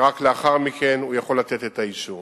ורק לאחר מכן הוא יכול לתת את האישור.